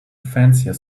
fancier